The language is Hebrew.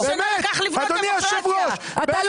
אתה לא